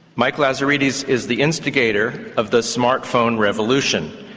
mike lazaridis is the instigator of the smart phone revolution,